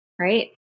Right